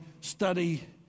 study